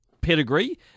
pedigree